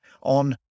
on